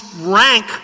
rank